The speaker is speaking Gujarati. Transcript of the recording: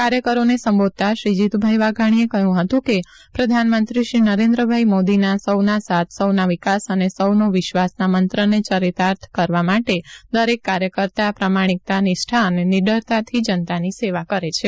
કાર્યકરોને સંબોધતા શ્રી જીતુભાઈ વાઘાણીએ કહ્યું હતું કે પ્રધાનમંત્રી શ્રી નરેન્દ્ર મોદીના સૌના સાથ સૌના વિકાસ અને સૌનો વિશ્વાસના મંત્રને ચરિતાર્થ કરવા માટે દરેક કાર્યકર્તા પ્રમાણિકતા નિષ્ઠા અને નીડરતાથી જનતાની સેવા કરે છે